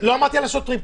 לא אמרתי על השוטרים.